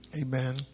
amen